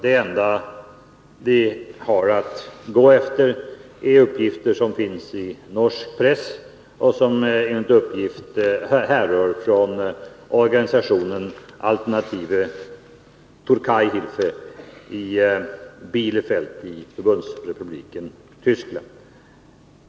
Det enda vi har att gå efter är uppgifter som finns i norsk press och som sägs härröra från organisationen Alternative Tärkeihilfe i Bielefeld i Förbundsrepubliken Tyskland.